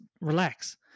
relax